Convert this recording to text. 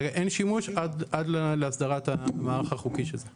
אין שימוש עד להסדרת המערך החוקי של זה.